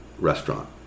restaurant